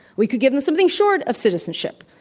we could give them something short of citizenship.